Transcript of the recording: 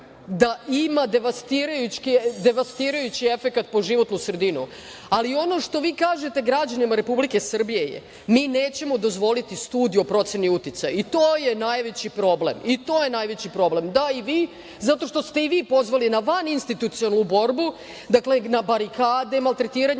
da ima devastirajući efekat po životnu sredinu, ali ono što vi kažete građanima Republike Srbije je – mi nećemo dozvoliti studiju o proceni uticaja, i to je najveći problem. Da, i vi, zato što ste pozvali na vaninstitucionalnu borbu, na barikade, maltretiranje